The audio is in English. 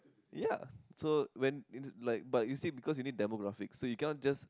ya so when like but you see because you need demographics so you cannot just